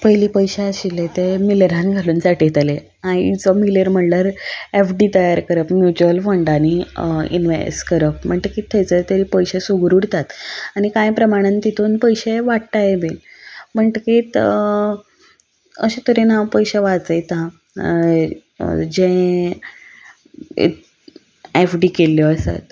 पयलीं पयशे आशिल्ले ते मिलेरान घालून सांठयताले आयचो मिलेर म्हणल्यार एफ डी तयार करप म्युच्वल फंडांनी इनवॅस्ट करप म्हणटकच थंयसर तरी पयशे सुगूर उरतात आनी कांय प्रमाणान तातूंत पयशे वाडटाय बीन म्हणटकच अशे तरेन हांव पयशे वाचयतां जें एफडी केल्ल्यो आसात